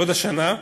עוד השנה,